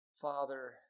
Father